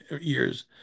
years